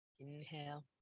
Inhale